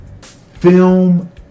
film